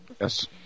Yes